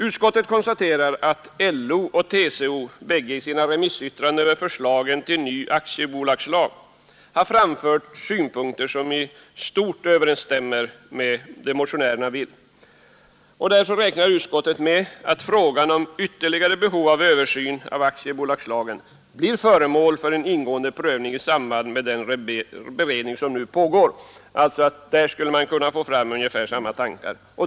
Utskottet konstaterar att LO och TCO i sina remissyttranden över förslaget till ny aktiebolagslag framfört synpunkter som i stort sett överensstämmer med motionärernas, varför utskottet förutsätter att frågan om ytterligare översyn av aktiebolagslagen blir föremål för ingående prövning i samband med den beredning som nu pågår.